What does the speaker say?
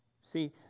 See